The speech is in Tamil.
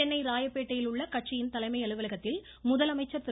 சென்னை ராயப்பேட்டையில் உள்ள கட்சியின் தலைமை அலுவலகத்தில் முதலமைச்சர் திரு